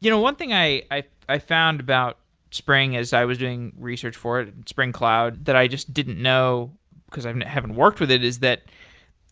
you know one thing i i found about spring as i was doing research for it, spring cloud, that i just didn't know because i haven't worked with it, is that